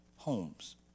homes